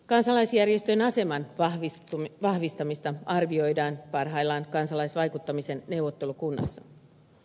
kansalaisjärjestöjen aseman vahvistamista arvioidaan parhaillaan kansalaisvaikuttamisen neuvottelukunnassa